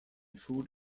food